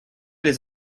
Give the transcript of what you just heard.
les